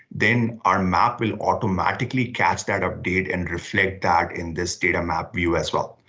then our map will automatically catch that update and reflect that in this data map view as well.